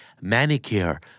manicure